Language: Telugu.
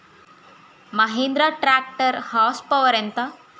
మహీంద్రా ట్రాక్టర్ హార్స్ పవర్ ఎంత?